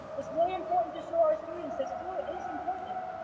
it's really important to show our students that school is important.